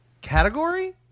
category